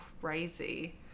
crazy